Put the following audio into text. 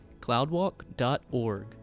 cloudwalk.org